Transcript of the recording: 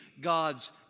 God's